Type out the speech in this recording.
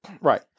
Right